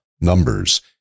numbers